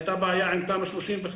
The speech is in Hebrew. הייתה בעיה עם תמ"א 35,